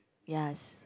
yes